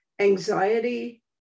anxiety